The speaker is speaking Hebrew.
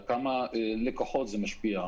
על כמה לקוחות זה משפיע,